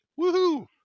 Woohoo